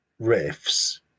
riffs